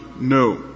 No